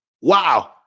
Wow